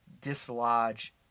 dislodge